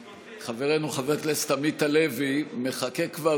חברנו חבר הכנסת עמית הלוי מחכה כבר